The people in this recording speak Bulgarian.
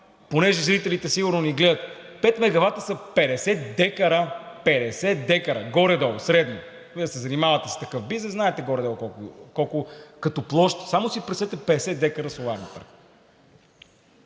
понеже зрителите сигурно ни гледат, пет мегавата са 50 декара. 50 декара горе-долу, средно – Вие се занимавате с такъв бизнес и знаете горе-долу колко е като площ, само си представете 50 декара соларен парк.